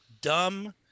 dumb